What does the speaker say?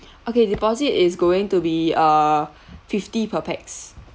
okay deposit is going to be uh fifty per pax